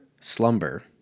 Slumber